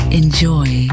enjoy